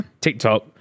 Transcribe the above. TikTok